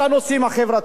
סיפרתם לנו,